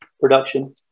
production